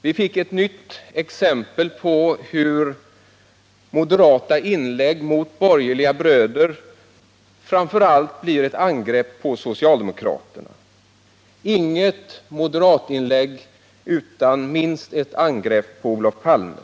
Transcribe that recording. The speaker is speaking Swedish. Vi fick ett nytt exempel på hur moderata inlägg mot borgerliga bröder framför allt blir ett angrepp på socialdemokraterna — inget moderatinlägg utan minst ett angrepp på Olof Palme.